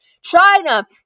China